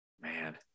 Man